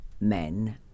men